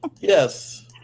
Yes